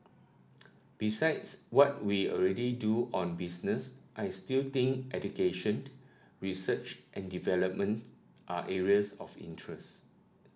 besides what we already do on business I still think education research and development are areas of interest